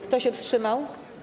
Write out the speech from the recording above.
Kto się wstrzymał?